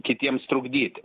kitiems trukdyti